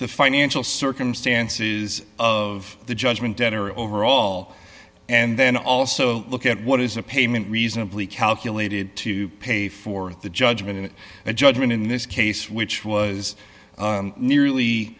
the financial circumstances of the judgment debtor overall and then also look at what is a payment reasonably calculated to pay for the judgment and judgment in this case which was